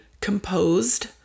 composed